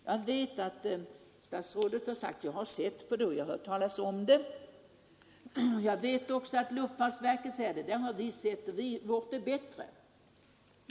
Jag vet att statsrådet har sagt att han har sett på detta förslag och hört talas om det. Jag vet också att man på luftfartsverket säger sig ha sett det och anser sitt eget bättre.